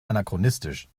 anachronistisch